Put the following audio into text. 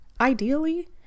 Ideally